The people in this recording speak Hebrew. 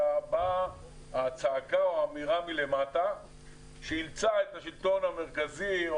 ובאה הצעקה או האמירה מלמטה שאילצה את השלטון המרכזי או